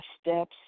steps